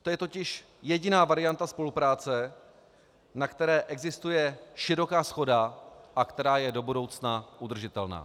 To je totiž jediná varianta spolupráce, na které existuje široká shoda a která je do budoucna udržitelná.